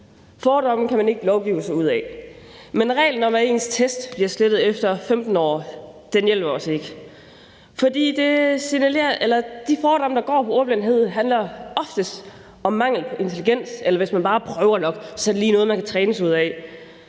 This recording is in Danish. Fordomme kan man ikke lovgive sig ud af, men reglen om, at ens test bliver slettet efter 15 år, hjælper os ikke. For de fordomme, der handler om ordblindhed, handler oftest om mangel på intelligens eller om, at hvis man bare prøver nok, er det noget, man lige kan træne sig ud af,